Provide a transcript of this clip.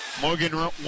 Morgan